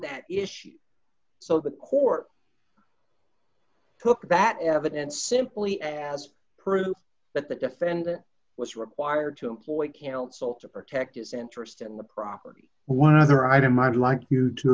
that issue so the court took that evidence simply as proof that the defendant was required to employ cancel to protect his interest in the property one other item i'd like you to